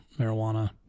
marijuana